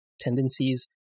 tendencies